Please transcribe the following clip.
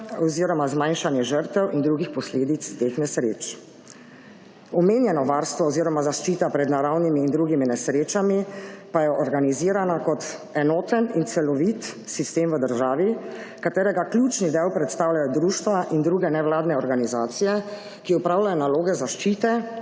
oziroma zmanjšanje žrtev in drugih posledic teh nesreč.« Omenjeno varstvo oziroma zaščita pred naravnimi in drugimi nesrečami pa je organizirana kot enoten in celovit sistem v državi, katerega ključni del predstavljajo društva in druge nevladne organizacije, ki opravljajo naloge zaščite,